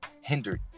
hindered